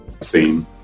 scene